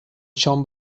شام